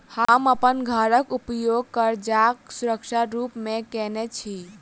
हम अप्पन घरक उपयोग करजाक सुरक्षा रूप मेँ केने छी